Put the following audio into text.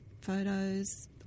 photos